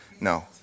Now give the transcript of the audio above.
No